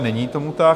Není tomu tak.